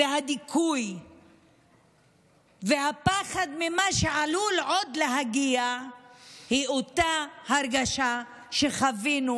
הדיכוי והפחד ממה שעלול עוד להגיע היא אותה הרגשה שחווינו